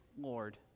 Lord